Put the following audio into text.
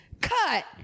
cut